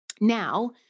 Now